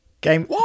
Game